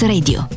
Radio